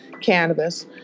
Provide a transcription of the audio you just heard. cannabis